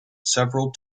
several